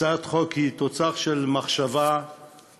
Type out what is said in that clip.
הצעת החוק היא תוצר של מחשבה עמוקה,